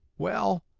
well,